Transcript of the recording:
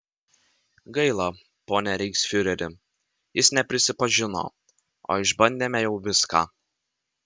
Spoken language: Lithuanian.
gaila pone reichsfiureri jis neprisipažino o išbandėme jau viską